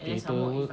paperwork